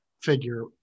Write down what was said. figure